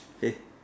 yes